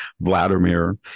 Vladimir